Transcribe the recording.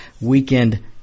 weekend